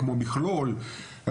מכלול,